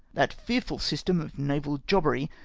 that fearful system of naval jobbery,